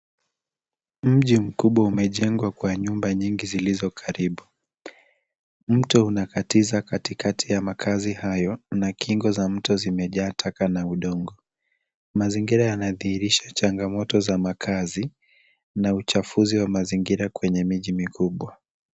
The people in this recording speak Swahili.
Mji mkubwa umejengwa kwa nyumba nyingi zilizo karibu. Mto unakatiza katikati ya makazi hayo, na kingo za mto zimejaa taka na udongo. Mazingira yanadhihirisha changamoto za makazi na uchafuzi wa mazingira kwenye miji mikubwa.